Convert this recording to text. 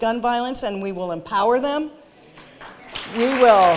gun violence and we will empower them we will